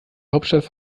hauptstadt